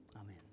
Amen